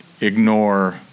ignore